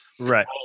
Right